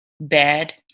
bad